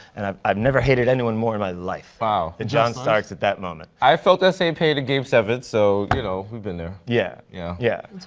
and i've i've never hated anyone more in my life wow. than john starks at that moment. i felt that same pain in game seven. so, you know, you've been there. yeah. yeah. yeah.